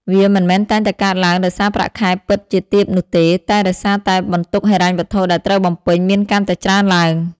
វាមិនមែនតែងតែកើតឡើងដោយសារប្រាក់ខែពិតជាទាបនោះទេ តែដោយសារតែបន្ទុកហិរញ្ញវត្ថុដែលត្រូវបំពេញមានកាន់តែច្រើនឡើង។